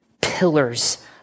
pillars